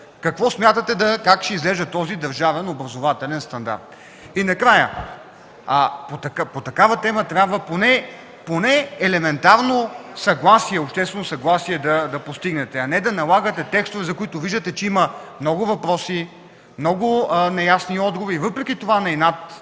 Какво смятате, как ще изглежда този образователен стандарт? Накрая, по такава тема трябва поне елементарно съгласие, обществено съгласие да постигнете, а не да налагате текстове, за които виждате, че има много въпроси, много неясни отговори и въпреки това на инат